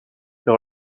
les